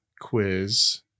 quiz